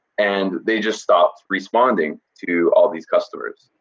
and they just stopped responding to all these customers.